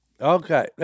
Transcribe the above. Okay